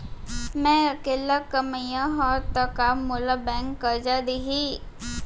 मैं अकेल्ला कमईया हव त का मोल बैंक करजा दिही?